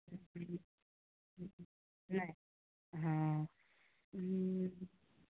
नहि हॅं हॅं हॅं